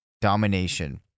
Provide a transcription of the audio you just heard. domination